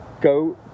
go